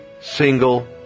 single